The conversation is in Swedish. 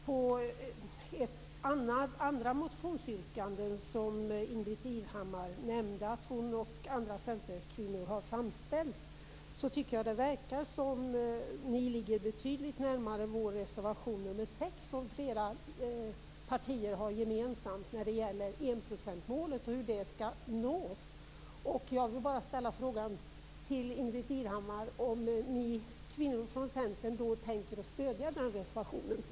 Det gäller de motionsyrkanden som Ingbritt Irhammar nämnde och som bl.a. hon har framställt. Ni centerkvinnor verkar ligga betydligt närmare vår reservation nr 6, som flera partier har gemensamt. Jag tänker på enprocentsmålet och hur det skall nås. Jag frågar alltså Ingbritt Irhammar: Tänker ni centerkvinnor stödja reservation nr 6?